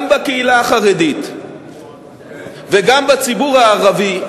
גם בקהילה החרדית וגם בציבור הערבי,